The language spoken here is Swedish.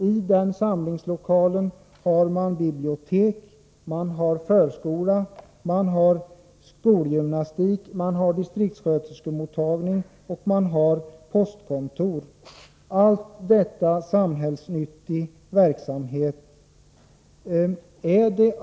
I den aktuella samlingslokalen har man bibliotek, förskola, skolgymnastik, distriktssköterskemottagning och postkontor — allt samhällsnyttiga verksamheter.